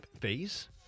phase